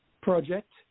project